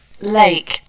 Lake